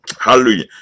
hallelujah